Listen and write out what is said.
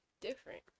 different